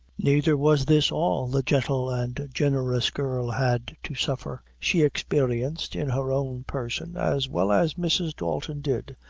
neither was this all the gentle and generous girl had to suffer. she experienced, in her own person, as well as mrs. dalton did,